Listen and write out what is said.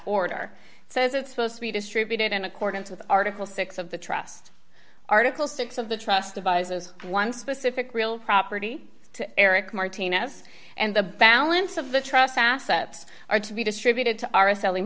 order says it's supposed to be distributed in accordance with article six of the trust article six of the trust advisors one specific real property to eric martinez and the balance of the trust assets are to be distributed to our selling